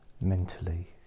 mentally